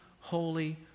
holy